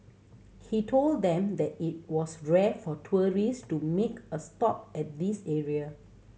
he told them that it was rare for tourist to make a stop at this area